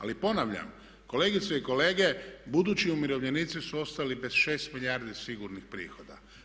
Ali ponavljam kolegice i kolege, budući umirovljenici su ostali bez 6 milijardi sigurnih prihoda.